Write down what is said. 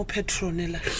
Petronella